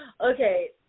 Okay